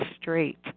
street